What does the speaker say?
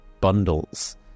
bundles